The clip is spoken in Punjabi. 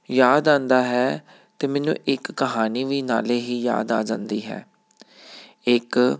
ਯਾਦ ਆਉਂਦਾ ਹੈ ਅਤੇ ਮੈਨੂੰ ਇੱਕ ਕਹਾਣੀ ਵੀ ਨਾਲੇ ਹੀ ਯਾਦ ਆ ਜਾਂਦੀ ਹੈ ਇੱਕ